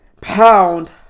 pound